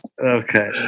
Okay